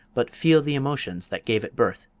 but feel the emotions that gave it birth.